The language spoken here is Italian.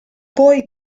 poi